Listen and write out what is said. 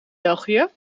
belgië